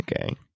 Okay